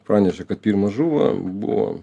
pranešė kad pirma žuvo buvo